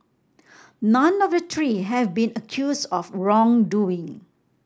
none of the three have been accused of wrongdoing